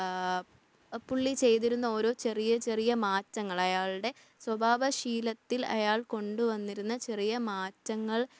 പുള്ളി ചെയ്തിരുന്ന ഓരോ ചെറിയ ചെറിയ മാറ്റങ്ങൾ അയാളുടെ സ്വഭാവ ശീലത്തിൽ അയാൾ കൊണ്ടുവന്നിരുന്ന ചെറിയ മാറ്റങ്ങൾ